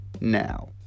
now